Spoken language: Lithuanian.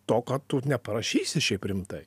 to ką tu neparašysi šiaip rimtai